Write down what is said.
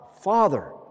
Father